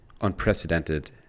unprecedented